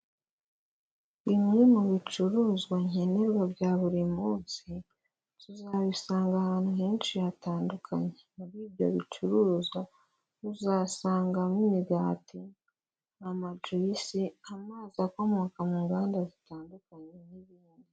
Bimwe mu bicuruzwa nkenerwa bya buri munsi tuzabisanga ahantu henshi hatandukanye, muri ibyo bicuruzwa uzasangamo imigati, amajuyice, amazi akomoka mu nganda zitandukanye n'ibindi.